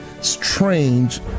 strange